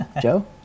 Joe